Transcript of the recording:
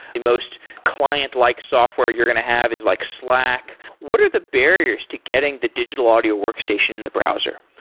the most client-like software you're going to have is like slack. what are the barriers to getting the digital audio workstation in the browser?